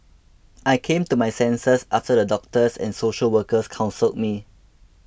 I came to my senses after the doctors and social workers counselled me